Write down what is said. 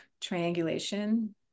triangulation